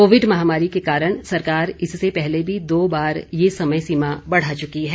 Covid महामारी के कारण सरकार इससे पहले भी दो बार यह समय सीमा बढा चुकी है